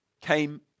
came